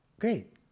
Great